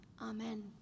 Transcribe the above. amen